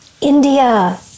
India